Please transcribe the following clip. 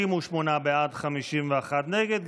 38 בעד, 51 נגד.